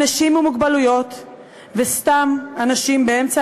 אנשים עם מוגבלויות וסתם אנשים באמצע